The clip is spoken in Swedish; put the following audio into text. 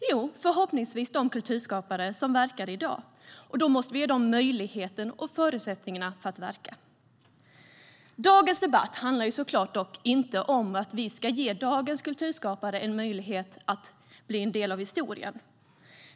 Jo, förhoppningsvis de kulturskapare som verkar i dag, och då måste vi ge dem möjligheterna och förutsättningarna att verka. Dagens debatt handlar såklart dock inte om att vi ska ge dagens kulturskapare en möjlighet att bli en del av historien.